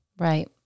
Right